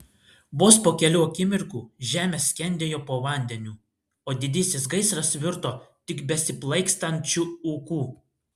vos po kelių akimirkų žemė skendėjo po vandeniu o didysis gaisras virto tik besiplaikstančiu ūku